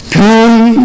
come